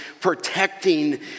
protecting